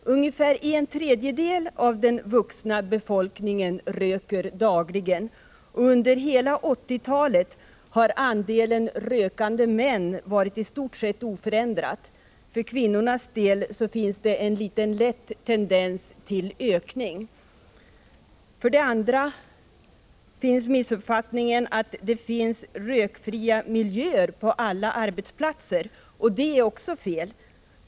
Ungefär en tredjedel av den vuxna befolkningen röker dagligen. Under hela 1980-talet har andelen rökande män varit i stort sett oförändrad. För kvinnornas del finns det en lätt tendens till ökning. För det andra: att det finns rökfria miljöer på alla arbetsplatser. Det är också fel.